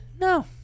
no